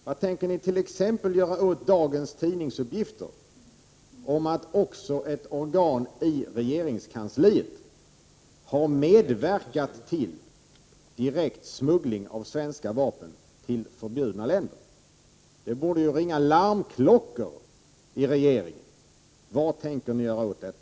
Vad tänker regeringen t.ex. göra med anledning av dagens tidningsuppgifter om att också ett organ i regeringskansliet har medverkat till direkt smuggling av svenska vapen till förbjudna länder? Det borde ringa larmklockor i regeringen. Vad tänker regeringen göra åt detta?